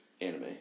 anime